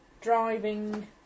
Driving